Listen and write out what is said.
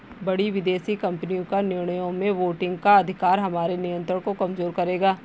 बड़ी विदेशी कंपनी का निर्णयों में वोटिंग का अधिकार हमारे नियंत्रण को कमजोर करेगा